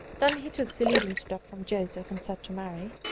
then he took the leading-strap from joseph, and said to mary,